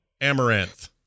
Amaranth